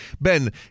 Ben